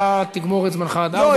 אתה תגמור את זמנך עד 16:00. לא,